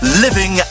living